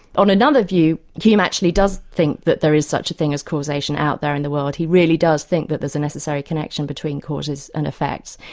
on another view, hume actually does think that there is such a thing as causation out there in the world, he really does think that there's a necessary connection between causes and effects.